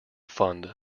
fund